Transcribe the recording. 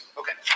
okay